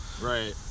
right